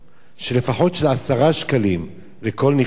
של לפחות של 10 שקלים לכל נכנס,